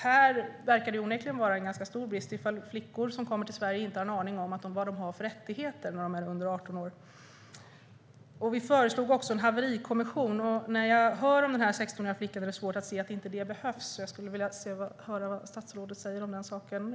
Här verkar det onekligen vara en ganska stor brist ifall flickor som kommer till Sverige inte har en aning om vad de har för rättigheter när de är under 18 år. Vi föreslog även en haverikommission. När jag hör om den 16-åriga flickan är det svårt att se att inte det behövs. Jag skulle vilja höra vad statsrådet säger om den saken nu.